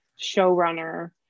showrunner